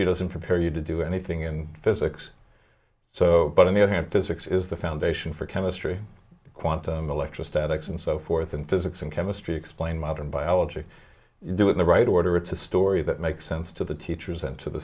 chemistry doesn't prepare you to do anything in physics so but on the other hand physics is the foundation for chemistry quantum electrostatics and so forth and physics and chemistry explain modern biology doing the right order it's a story that makes sense to the teachers and to the